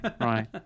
right